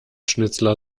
schnitzler